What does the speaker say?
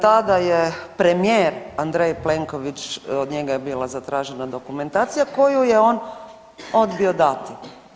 Tada je premijer Andrej Plenković od njega je bila zatražena dokumentacija koju je on odbio dati.